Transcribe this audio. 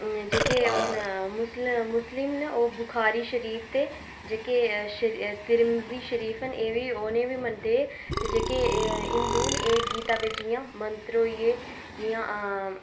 जेह्के ओह् न मुस्लिम ओह् भुखारी शरीफ ते जेह्के तिरंजी शरीफ न उ'नेंगी गी बी मनदे जेह्के हिंदू न गीता बिच जि'यां मंत्र होइये